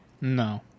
No